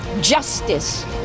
Justice